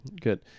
good